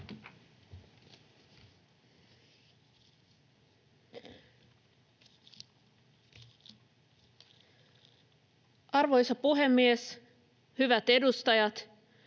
Arvoisa puhemies, hyvät kollegat!